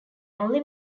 only